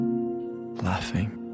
laughing